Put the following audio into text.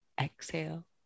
Exhale